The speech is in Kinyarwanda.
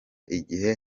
igihe